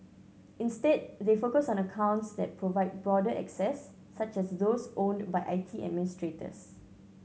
instead they focus on accounts that provide broader access such as those owned by I T administrators